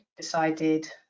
decided